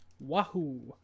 Wahoo